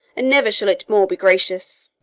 and never shall it more be gracious.